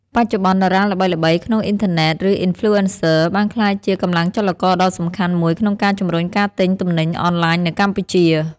បច្ចុប្បន្ន តារាល្បីៗក្នុងអ៊ីនធឺណិត ឬអុីនផ្លូអេនសឹ បានក្លាយជាកម្លាំងចលករដ៏សំខាន់មួយក្នុងការជំរុញការទិញទំនិញអនឡាញនៅកម្ពុជា។